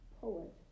poet